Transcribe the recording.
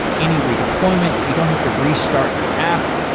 any redeployment, you don't have to restart your app.